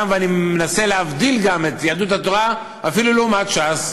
ואני מנסה להבדיל את יהדות התורה אפילו לעומת ש"ס.